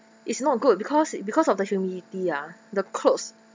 it's not good because because of the humidity ah the clothes